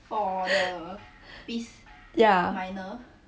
ya